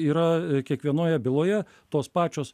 yra kiekvienoje byloje tos pačios